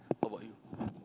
how about you